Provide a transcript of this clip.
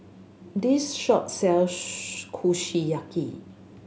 this shop sells Kushiyaki